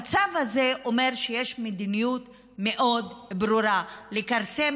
המצב הזה אומר שיש מדיניות מאוד ברורה: לכרסם